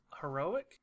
heroic